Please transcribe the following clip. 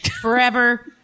forever